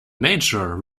nature